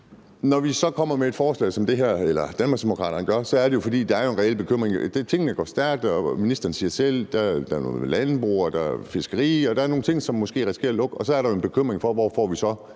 så kommer med et forslag som det her, er det jo, fordi der er en reel bekymring. Tingene går stærkt, og ministeren siger selv, at der er noget med landbrug, og der er fiskeri, og der er nogle ting, som måske risikerer at lukke, og så er der jo en bekymring for, hvor vi så